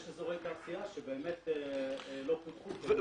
יש אזורי תעשייה שבאמת לא פותחו.